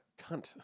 cunt